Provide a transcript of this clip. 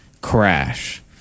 crash